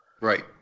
right